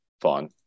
fun